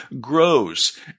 grows